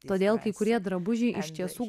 todėl kai kurie drabužiai iš tiesų